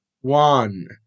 one